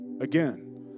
Again